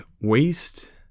waste